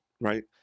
right